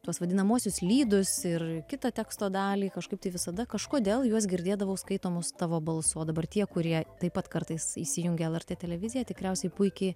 tuos vadinamuosius lydus ir kitą teksto dalį kažkaip tai visada kažkodėl juos girdėdavau skaitomus tavo balsu o dabar tie kurie taip pat kartais įsijungia lrt televiziją tikriausiai puikiai